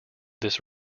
this